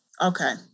Okay